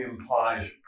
implies